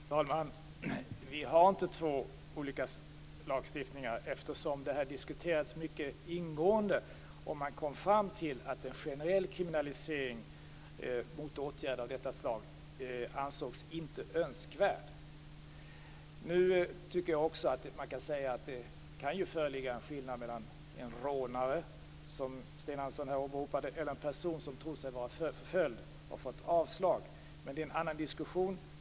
Fru talman! Vi har inte två olika lagstiftningar. Detta har diskuterats mycket ingående. Man kom då fram till att en generell kriminalisering av åtgärder av detta slag inte ansågs önskvärd. Sten Andersson åberopar ett exempel med en rånare. Det kan vara skillnad mellan en rånare och en person som tror sig vara förföljd i sitt land, som fått avslag på sin ansökan om att få stanna i Sverige. Men det är en annan diskussion.